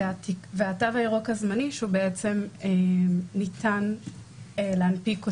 אבל זה בטח לא מתכתב שבדיוק באותה נשימה אתה גם שולח אנשים עם חיסון